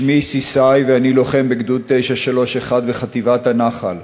שמי סיסאי, ואני לוחם בגדוד 931 בחטיבת הנח"ל.